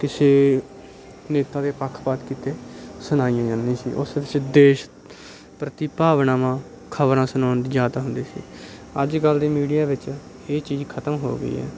ਕਿਸੇ ਨੇਤਾ ਦੇ ਪੱਖਪਾਤ ਕੀਤੇ ਸੁਣਾਈਆਂ ਜਾਂਦੀਆਂ ਸੀ ਉਸ ਵਿੱਚ ਦੇਸ਼ ਪ੍ਰਤੀ ਭਾਵਨਾਵਾਂ ਖ਼ਬਰਾਂ ਸੁਣਾਉਣ 'ਚ ਜ਼ਿਆਦਾ ਹੁੰਦੀ ਸੀ ਅੱਜ ਕੱਲ੍ਹ ਦੀ ਮੀਡੀਆ ਵਿੱਚ ਇਹ ਚੀਜ਼ ਖ਼ਤਮ ਹੋ ਗਈ ਹੈ